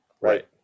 Right